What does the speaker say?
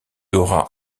auras